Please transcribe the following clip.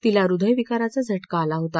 तिला हृद्यविकाराचा झटका आला होता